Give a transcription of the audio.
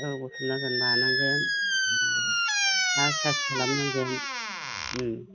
ओं ओं बुथुमनांगोन लानांगोन हा सास खालामनांगोन उम